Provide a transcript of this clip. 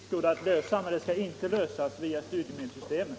Herr talman! Visst går det att lösa, men det skall inte ske via studiemedelssystemet.